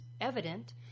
evident